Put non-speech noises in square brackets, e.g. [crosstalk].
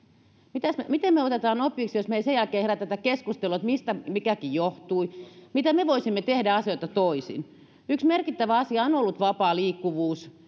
miten me otamme opiksi jos me emme sen jälkeen herätä keskustelua siitä mistä mikäkin johtui miten me me voisimme tehdä asioita toisin yksi merkittävä asia on on ollut vapaa liikkuvuus [unintelligible]